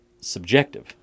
subjective